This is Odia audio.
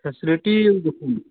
ଫ୍ୟାସିଲିଟି ଦେଖୁନ୍